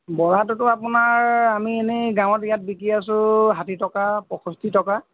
বৰাটোটো আপোনাৰ আমি এনেই গাঁৱত ইয়াত বিকি আছোঁ ষাঠি টকা পয়ষষ্ঠি টকা